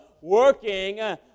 working